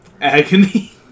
Agony